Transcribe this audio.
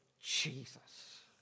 Jesus